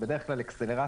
בדרך כלל accelerator,